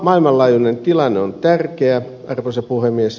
maailmanlaajuinen tilanne on tärkeä arvoisa puhemies